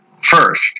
first